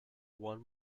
one